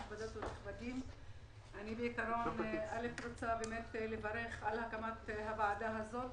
אני רוצה לברך על הקמת הוועדה הזאת.